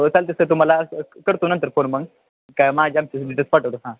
हो चालते तसं तुम्हाला करतो नंतर फोन मग काय माझ्या पाठवतो हा